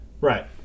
Right